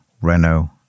Renault